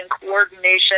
coordination